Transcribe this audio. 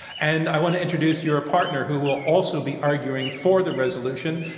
and i want to introduce your partner, who will also be arguing for the resolution.